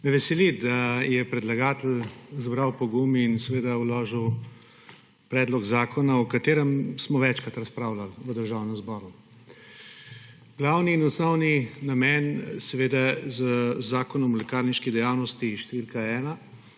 Me veseli, da je predlagatelj zbral pogum in seveda vložil predlog zakona, o katerem smo večkrat razpravljali v Državnem zboru. Glavni in osnovni namen Zakona o lekarniški dejavnosti številka